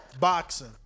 boxing